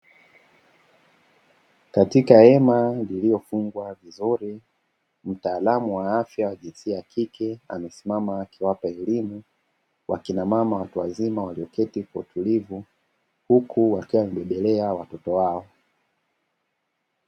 Katika hema lililofungwa vizuri, mtaalamu wa afya wa jinsia ya kike amesimama akiwapa elimu wakina mama watu wazima walioketi kwa utulivu huku wakiwa wamebebelea watoto wao.